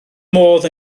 modd